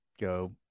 go